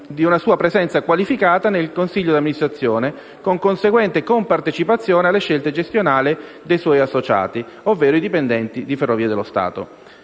di una sua presenza qualificata nel consiglio di amministrazione con conseguente compartecipazione alle scelte gestionali dei suoi associati, ovvero i dipendenti di Ferrovie dello Stato